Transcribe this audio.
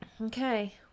okay